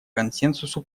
консенсусу